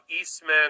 Eastman